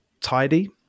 tidy